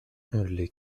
les